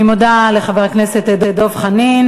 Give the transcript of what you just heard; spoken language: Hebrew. אני מודה לחבר הכנסת דב חנין,